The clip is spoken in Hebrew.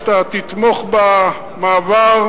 שאתה תתמוך במעבר,